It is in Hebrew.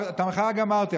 את המחאה גמרתי.